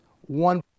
one